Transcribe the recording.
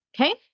Okay